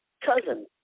Cousin